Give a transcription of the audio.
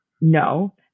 No